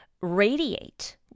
radiate